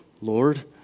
Lord